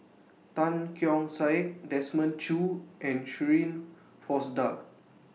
Tan Keong Saik Desmond Choo and Shirin Fozdar